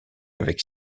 avec